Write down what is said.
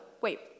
Wait